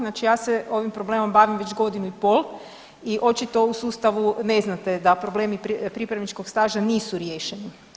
Znači ja se ovim problemom bavim već godinu i pol i očito u sustavu ne znate da problemi pripravničkog staža nisu riješni.